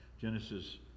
Genesis